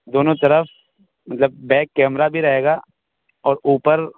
دونوں طرف مطلب بیک کیمرا بھی رہے گا اور اوپر